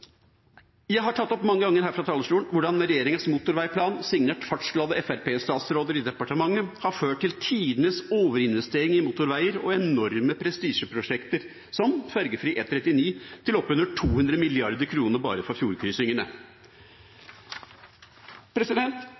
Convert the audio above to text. Jeg har tatt opp mange ganger her fra talerstolen hvordan regjeringas motorveiplan, signert fartsglade Fremskrittsparti-statsråder i departementet, har ført til tidenes overinvestering i motorveier og enorme prestisjeprosjekter, som fergefri E39 til oppunder 200 mrd. kr bare for